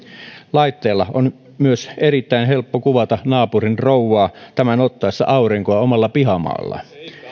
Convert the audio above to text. laitteella on myös erittäin helppo kuvata naapurinrouvaa tämän ottaessa aurinkoa omalla pihamaallaan